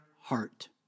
heart